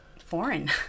foreign